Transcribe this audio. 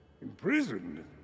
Imprisoned